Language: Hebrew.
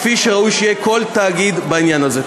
כפי שראוי שיהיה כל תאגיד בעניין הזה.